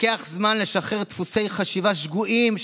לוקח זמן לשחרר דפוסי חשיבה שגויים,